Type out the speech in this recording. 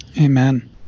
Amen